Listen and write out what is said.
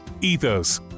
Ethos